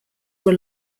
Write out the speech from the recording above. were